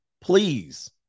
please